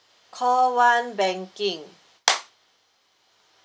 call one banking